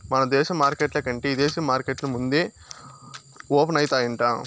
మన దేశ మార్కెట్ల కంటే ఇదేశీ మార్కెట్లు ముందే ఓపనయితాయంట